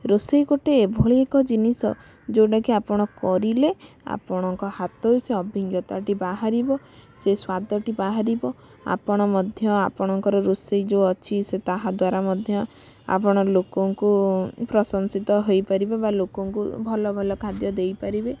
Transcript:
ରୋଷେଇ ଗୋଟେ ଏଭଳି ଏକ ଜିନିଷ ଯେଉଁଟା କି ଆପଣ କରିଲେ ଆପଣଙ୍କ ହାତରେ ସେ ଅଭିଜ୍ଞତାଟି ବାହାରିବ ସେ ସ୍ଵାଦଟି ବାହାରିବ ଆପଣ ମଧ୍ୟ ଆପଣଙ୍କର ରୋଷେଇ ଯେଉଁ ଅଛି ସେ ତାହା ଦ୍ଵାରା ମଧ୍ୟ ଆପଣ ଲୋକଙ୍କୁ ପ୍ରସଂଶିତ ହେଇପାରିବେ ବା ଲୋକଙ୍କୁ ଭଲ ଭଲ ଖାଦ୍ୟ ଦେଇପାରିବେ